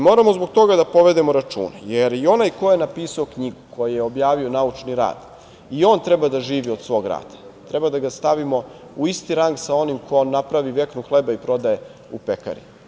Moramo zbog toga da povedemo računa, jer i onaj ko je napisao knjigu, ko je objavio naučni rad i on treba da živi od svog rada, treba da ga stavimo u isti rang sa onim ko napravi veknu hleba i prodaje u pekari.